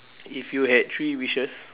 if you had three wishes